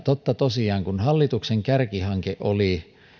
totta tosiaan kun hallituksen kärkihanke oli